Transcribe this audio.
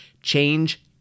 Change